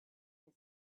his